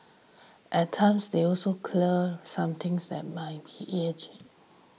at times they also clear something that might be urgent